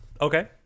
okay